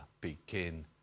begin